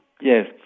Yes